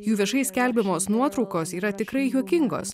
jų viešai skelbiamos nuotraukos yra tikrai juokingos